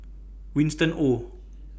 Winston Oh